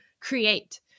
create